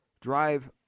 drive